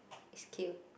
it's cute